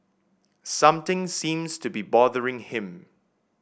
something seems to be bothering him